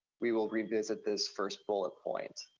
we will revisit this first bullet point.